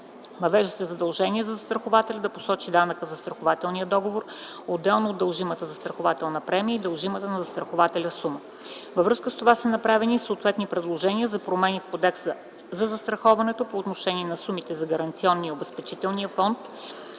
Въвежда се задължение за застрахователя да посочи данъка в застрахователния договор отделно от дължимата застрахователна премия и дължимата на застрахователя сума. Във връзка с това са направени и съответните предложения за промени в Кодекса за застраховането по отношение на сумите за Гаранционния и Обезпечителния фонд.